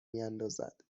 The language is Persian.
میاندازد